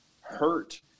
hurt